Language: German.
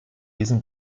diesen